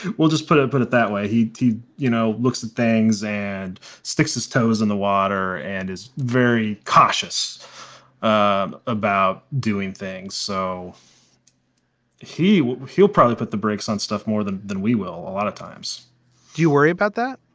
we'll just put it put it that way. he he you know looks at things and sticks his toes in the water and is very cautious um about doing things so he will he'll probably put the brakes on stuff more than than we will a lot of times you worry about that